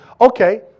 okay